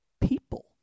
people